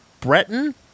Breton